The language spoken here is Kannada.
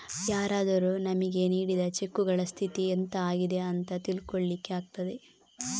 ಯಾರಾದರೂ ನಮಿಗೆ ನೀಡಿದ ಚೆಕ್ಕುಗಳ ಸ್ಥಿತಿ ಎಂತ ಆಗಿದೆ ಅಂತ ತಿಳ್ಕೊಳ್ಳಿಕ್ಕೆ ಆಗ್ತದೆ